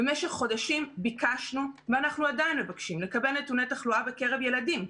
במשך חודשים ביקשנו ואנחנו עדיין מבקשים לקבל נתוני תחלואה בקרב ילדים,